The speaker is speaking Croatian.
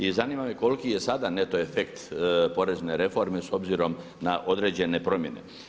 I zanima me koliki je sada neto efekt porezne reforme s obzirom na određene promjene?